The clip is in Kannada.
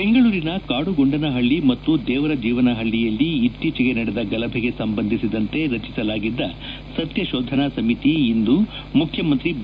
ಬೆಂಗಳೂರಿನ ಕಾಡುಗೊಂಡನಹಳ್ಳಿ ಮತ್ತು ದೇವರಜೀವನ ಹಳ್ಳಿಯಲ್ಲಿ ಇತ್ತೀಚೆಗೆ ನಡೆದ ಗಲಭೆಗೆ ಸಂಬಂಧಸಿದಂತೆ ರಚಿಸಲಾಗಿದ್ದ ಸತ್ಯಶೋಧನಾ ಸಮಿತಿ ಇಂದು ಮುಖ್ಯಮಂತ್ರಿ ಬಿ